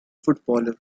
footballer